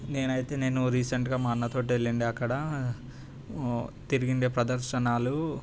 నేనైతే నేను రీసెంట్గా మా అన్న తోటే వెళ్ళిండే అక్కడ తిరిగి ఉండే ప్రదర్శనలు